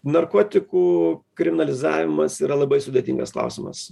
narkotikų kriminalizavimas yra labai sudėtingas klausimas